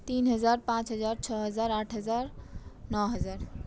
तीन हजार पाँच हजार छओ हजार आठ हजार नओ हजार